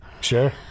Sure